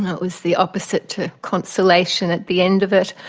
it was the opposite to consolation at the end of it.